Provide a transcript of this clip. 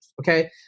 Okay